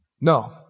No